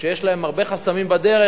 שיש להם הרבה חסמים בדרך,